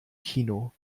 kino